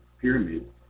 pyramid